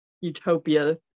utopia